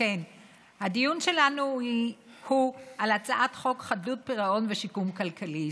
הדיון שלנו הוא על הצעת חוק חדלות פירעון ושיקום כלכלי.